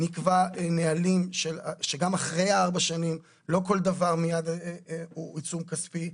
נקבע נהלים שגם אחרי ארבע השנים לא כל דבר מיד הוא עיצום כספי.